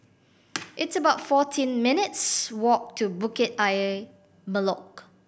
it's about fourteen minutes' walk to Bukit Ayer Molek